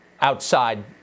outside